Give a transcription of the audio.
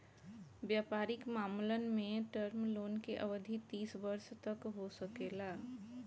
वयपारिक मामलन में टर्म लोन के अवधि तीस वर्ष तक हो सकेला